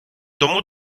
тому